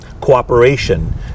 cooperation